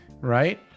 right